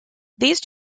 these